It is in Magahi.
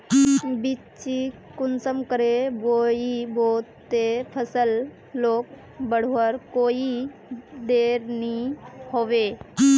बिच्चिक कुंसम करे बोई बो ते फसल लोक बढ़वार कोई देर नी होबे?